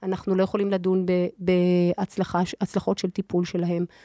אנחנו לא יכולים לדון בהצלחות של טיפול שלהם.